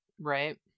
Right